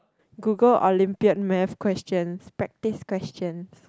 Google Olympiad math questions practice questions